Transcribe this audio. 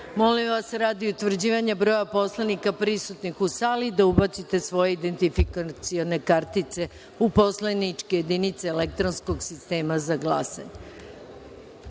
poslanika. Radi utvrđivanja broja poslanika prisutnih u sali, molim vas da ubacite svoje identifikacione kartice u poslaničke jedinice elektronskog sistema za glasanje. Poziv